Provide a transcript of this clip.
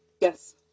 Yes